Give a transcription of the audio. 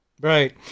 right